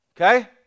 Okay